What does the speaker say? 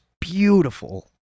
beautiful